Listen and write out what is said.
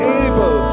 able